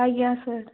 ଆଜ୍ଞା ସାର୍